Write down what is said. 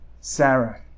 sarah